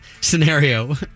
scenario